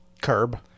Curb